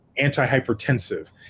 antihypertensive